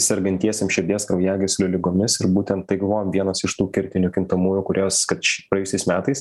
sergantiesiems širdies kraujagyslių ligomis ir būtent tai galvojom vienas iš tų kertinių kintamųjų kurios kad praėjusiais metais